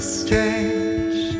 strange